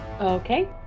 Okay